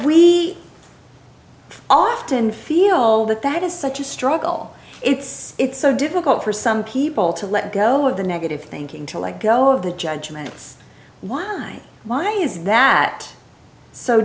we often feel that that is such a struggle it's so difficult for some people to let go of the negative thinking to let go of the judgments why why is that so